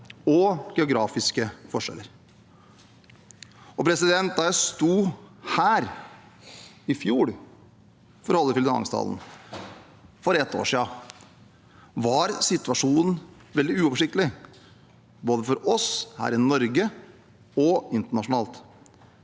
og geografiske forskjeller. Da jeg sto her i fjor for å holde finanstalen, for ett år siden, var situasjonen veldig uoversiktlig, både for oss her i Norge og internasjonalt.